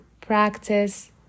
practice